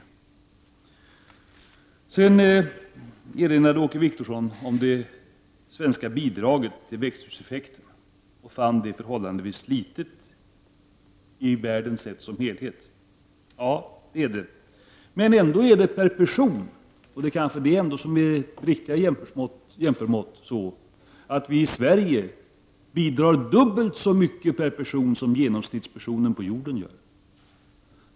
Åke Wictorsson erinrade vidare om det svenska bidraget till växthuseffekten och fann det förhållandevis litet, i världen sedd som helhet. Ja, det är det. Men ändå är det stort per person — och det är kanske ändå det riktiga måttet. Vi i Sverige bidrar dubbelt så mycket per person som genomsnittsmänniskan på jorden.